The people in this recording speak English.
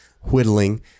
whittling